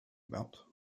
about